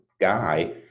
guy